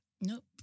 Nope